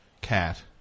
cat